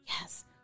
yes